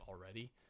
already